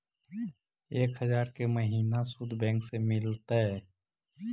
एक हजार के महिना शुद्ध बैंक से मिल तय?